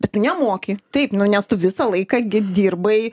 bet tu nemoki taip nu nes tu visą laiką gi dirbai